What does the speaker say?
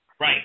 Right